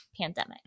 pandemic